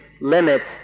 limits